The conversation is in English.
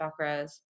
chakras